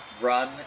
run